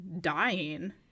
dying